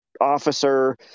officer